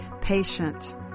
patient